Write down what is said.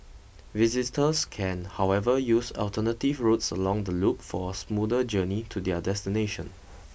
visitors can however use alternative routes along the loop for a smoother journey to their destination